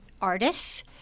artists